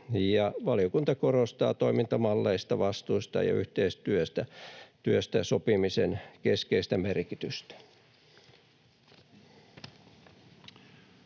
Valiokunta korostaa toimintamalleista, vastuista ja yhteistyöstä sopimisen keskeistä merkitystä.